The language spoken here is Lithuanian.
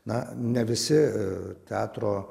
na ne visi teatro